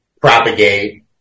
Propagate